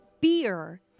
beer